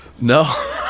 No